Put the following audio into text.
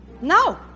No